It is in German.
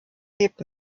lebt